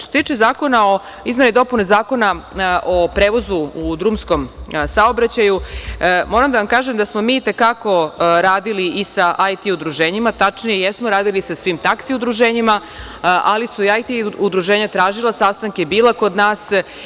Što se tiče izmena i dopuna Zakona o prevozu u drumskom saobraćaju, moram da kažem da smo i te kako radili i sa IT udruženjima, tačnije jesmo radili sa svim taksi udruženjima, ali su IT udruženja tražila sastanke, bila kod nas.